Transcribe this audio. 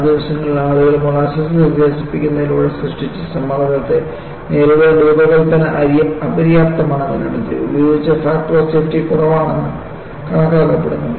ആ ദിവസങ്ങളിൽ ആളുകൾ മോളാസാസുകൾ വികസിപ്പിക്കുന്നതിലൂടെ സൃഷ്ടിച്ച സമ്മർദ്ദത്തെ നേരിടാൻ രൂപകൽപ്പന അപര്യാപ്തമാണെന്ന് കണ്ടെത്തി ഉപയോഗിച്ച ഫാക്ടർ ഓഫ് സേഫ്റ്റി കുറവാണെന്ന് കണക്കാക്കപ്പെട്ടു